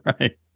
right